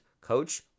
coach